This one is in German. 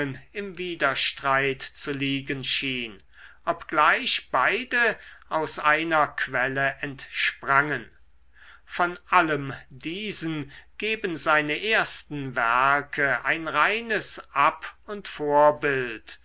im widerstreit zu liegen schien obgleich beide aus einer quelle entsprangen von allem diesen geben seine ersten werke ein reines ab und vorbild